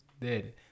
dead